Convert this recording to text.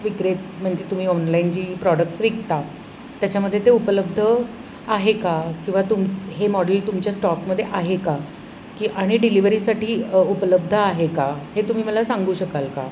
विक्रीत म्हणजे तुम्ही ऑनलाईन जी प्रॉडक्ट्स विकता त्याच्यामध्ये ते उपलब्ध आहे का किंवा तुम्ही हे मॉडेल तुमच्या स्टॉकमध्ये आहे का की आणि डिलिव्हरीसाठी उपलब्ध आहे का हे तुम्ही मला सांगू शकाल का